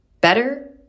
Better